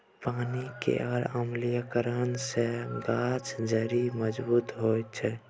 पानि केर अम्लीकरन सँ गाछक जड़ि मजबूत होइ छै